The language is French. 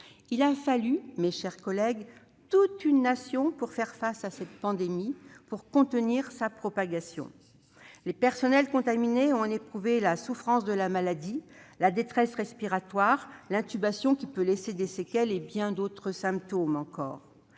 exhaustive. Mes chers collègues, il a fallu toute une nation pour faire face à cette pandémie et contenir sa propagation. Les personnes contaminées ont éprouvé la souffrance de la maladie, la détresse respiratoire, l'intubation, qui peut laisser des séquelles, et bien des symptômes.